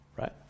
Right